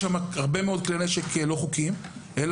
כולנו מבינים שמספר כלי הנשק הלא חוקיים שמסתובב שם הוא גדול בהרבה.